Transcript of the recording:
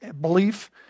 belief